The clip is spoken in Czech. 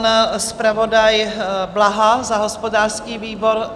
Pan zpravodaj Blaha za hospodářský výbor?